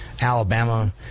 Alabama